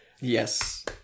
Yes